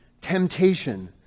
temptation